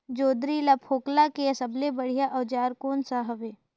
जोंदरी ला फोकला के सबले बढ़िया औजार कोन सा हवे?